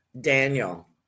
Daniel